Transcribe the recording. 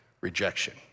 rejection